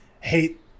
hate